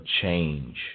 change